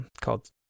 called